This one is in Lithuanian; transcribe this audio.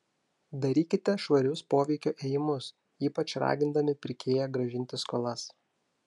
darykite švarius poveikio ėjimus ypač ragindami pirkėją grąžinti skolas